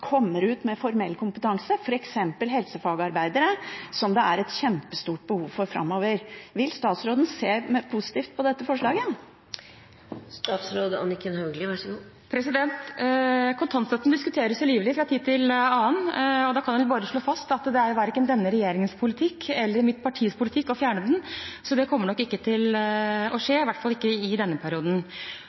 kommer ut med formell kompetanse, f.eks. som helsefagarbeider, som det er et kjempestort behov for framover. Vil statsråden se positivt på dette forslaget? Kontantstøtten diskuteres jo livlig fra tid til annen, og jeg kan bare slå fast at det er verken denne regjeringens politikk eller mitt partis politikk å fjerne den, så det kommer nok ikke til skje – i hvert fall ikke i denne perioden.